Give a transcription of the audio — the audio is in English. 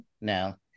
Now